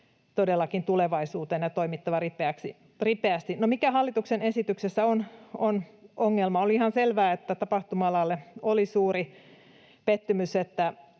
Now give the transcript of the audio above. todellakin tulevaisuuteen ja toimittava ripeästi. No, mikä hallituksen esityksessä on ongelmana? Oli ihan selvää, että tapahtuma-alalle oli suuri pettymys,